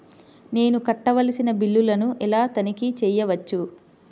నేను కట్టవలసిన బిల్లులను ఎలా తనిఖీ చెయ్యవచ్చు?